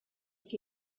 que